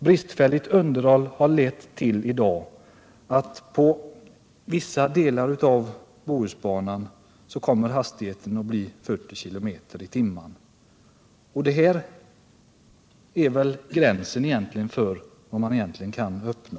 Bristfälligt underhåll har lett till att hastigheten på vissa delar av Bohusbanan kommer att bli 40 km i timmen. Det är väl ändå gränsen för vad man kan uppnå?